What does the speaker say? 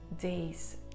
days